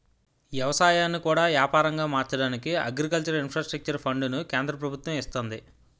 ఎవసాయాన్ని కూడా యాపారంగా మార్చడానికి అగ్రికల్చర్ ఇన్ఫ్రాస్ట్రక్చర్ ఫండును కేంద్ర ప్రభుత్వము ఇస్తంది